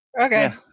Okay